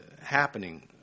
happening